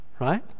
right